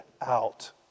out